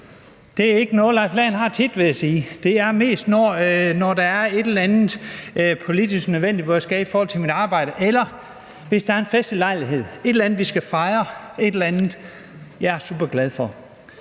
Det er jo ikke noget, Leif Lahn Jensen tit har, vil jeg sige. Det er mest, når der er et eller andet politisk nødvendigt, som jeg skal i forhold til mit arbejde, eller hvis der er en festlig lejlighed. Et eller andet, vi skal fejre, et eller andet, jeg er super glad for.